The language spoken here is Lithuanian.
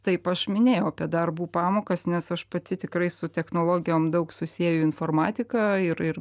taip aš minėjau apie darbų pamokas nes aš pati tikrai su technologijom daug susieju informatiką ir ir